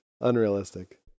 Unrealistic